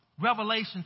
revelation